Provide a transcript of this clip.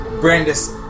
Brandis